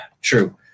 true